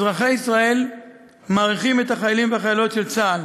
אזרחי ישראל מעריכים את החיילים והחיילות של צה״ל.